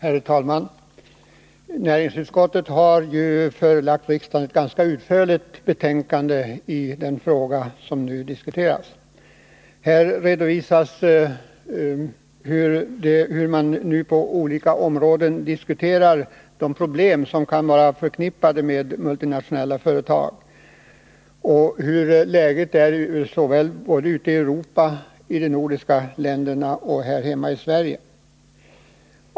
Herr talman! Näringsutskottet har förelagt riksdagen ett ganska utförligt betänkande i den fråga som nu behandlas. Där redovisas hur man på olika områden diskuterar de problem som kan vara förknippade med multinationella företag och hur läget är såväl ute i Europa som i de nordiska länderna och här hemma i Sverige.